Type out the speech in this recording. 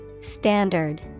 Standard